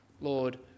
Lord